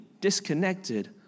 disconnected